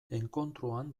enkontruan